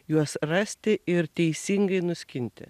juos rasti ir teisingai nuskinti